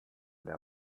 der